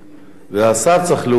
והשר צריך להוביל את זה,